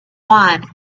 one